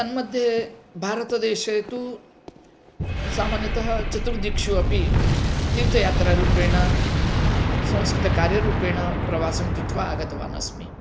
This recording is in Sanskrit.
तन्मध्ये भारतदेशे तु सामान्यतया चतुर्दिक्षु अपि तीर्थयात्रारूपेण संस्कृतकार्यरूपेण प्रवासं कृत्वा आगतवान् अस्मि